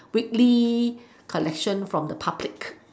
weekly collection from the public